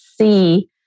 see